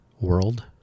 world